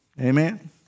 Amen